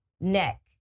neck